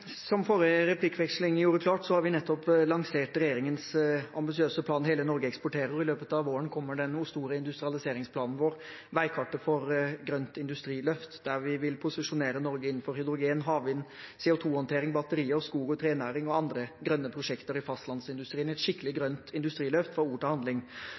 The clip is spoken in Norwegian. Som forrige replikkveksling gjorde klart, har vi nettopp lansert regjeringens ambisiøse plan Hele Norge eksporterer. I løpet av våren kommer den store industrialiseringsplanen vår om veikartet for grønt industriløft, der vi vil posisjonere Norge innenfor hydrogen, havvind, CO 2 -håndtering, batterier, skog- og trenæring og andre grønne prosjekter i fastlandsindustrien – et skikkelig grønt industriløft, fra ord til handling.